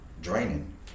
draining